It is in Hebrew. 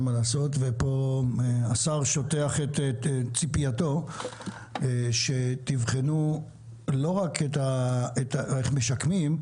והשר שוטח את ציפייתו שתבחנו לא רק איך משקמים,